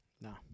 No